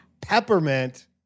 Peppermint